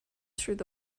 through